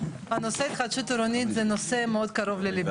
הנושא של התחדשות עירונית הוא נושא מאוד קרוב לליבי.